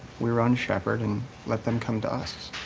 we run shepherd and let them come to us.